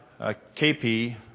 KP